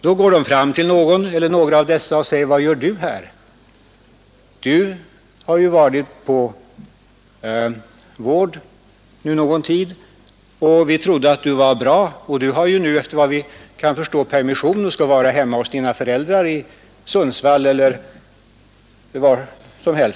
Polisen går fram till någon av dessa och frågar: Vad gör du här? Du har ju varit intagen för vård någon tid, och vi trodde att du var bra. Du har efter vad vi kan förstå permission och skulle vara hemma hos dina föräldrar i t.ex. Sundsvall.